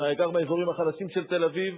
בעיקר באזורים החלשים של תל-אביב.